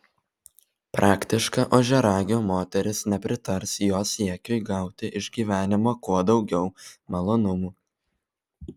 praktiška ožiaragio moteris nepritars jo siekiui gauti iš gyvenimo kuo daugiau malonumų